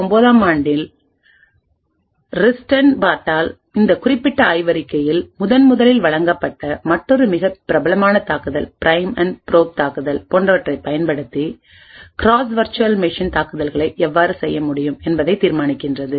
2009 ஆம் ஆண்டில் ரிஸ்டன்பார்ட்டால் இந்த குறிப்பிட்ட ஆய்வறிக்கையில் முதன்முதலில் வழங்கப்பட்ட மற்றொரு மிகப் பிரபலமான தாக்குதல் பிரைம் மற்றும் ப்ரோப் தாக்குதல் போன்றவற்றைப் பயன்படுத்தி கிராஸ் வர்ச்சுவல் மெஷின் தாக்குதல்களை எவ்வாறு செய்ய முடியும் என்பதைத் தீர்மானிக்கிறது